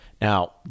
Now